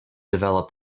develop